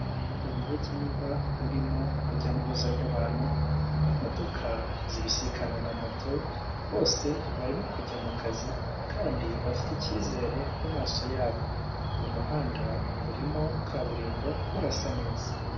Umuhanda nyabagendwa urimo urujya n'uruza rw'abantu, imodoka zibisikana na moto. Bose barimo kujya mu kazi kandi bafite ikizere ku maso yabo, umuhanda urimo kaburimbo urasa neza.